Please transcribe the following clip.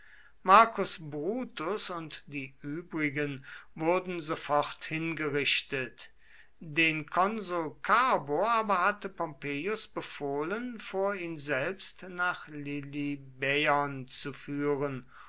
marcus brutus und die übrigen wurden sofort hingerichtet den konsul carbo aber hatte pompeius befohlen vor ihn selbst nach lilybäon zu führen